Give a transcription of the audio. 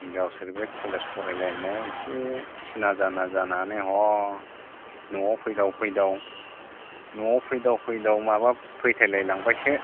गावसोर बे कलेज फरायलायनायाव एसे सिना जाना जानानै ह न'आव फैदाव फैदाव न'आव फैदाव फैदाव माबा फैथायलाय लांबायसो